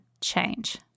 change